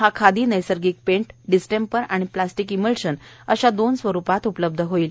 हा खादी नैसर्गिक paint distemper आणि प्लास्टिक इमल्शन अशा दोन स्वरुपात उपलब्ध होईल